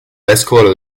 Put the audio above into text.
vescovo